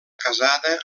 casada